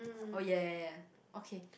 oh ya ya ya okay